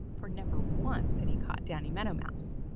for never once had he caught danny meadow mouse.